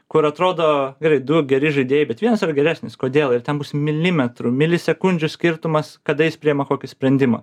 kur atrodo gerai du geri žaidėjai bet vienas yra geresnis kodėl ir ten bus milimetru milisekundžių skirtumas kada jis priėma kokį sprendimą